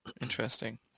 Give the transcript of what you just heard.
Interesting